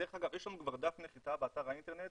דרך אגב, יש לנו כבר אתר נחיתה באינטרנט